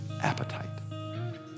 appetite